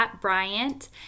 Bryant